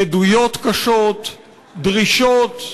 עדויות קשות, דרישות.